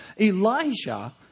Elijah